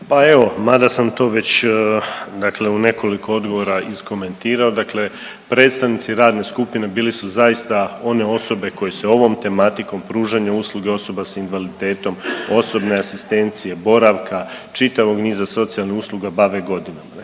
Pa evo mada sam to već, dakle u nekoliko odgovora iskomentirao. Dakle, predstavnici radne skupine bili su zaista one osobe koje se ovom tematikom pružanja usluge osoba sa invaliditetom, osobne asistencije, boravka, čitavog niza socijalnih usluga bave godinama.